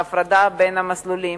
להפרדה בין המסלולים,